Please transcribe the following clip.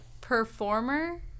performer